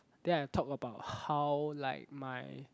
then I talk about how like my